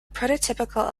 prototypical